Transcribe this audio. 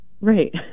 Right